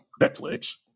Netflix